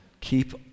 keep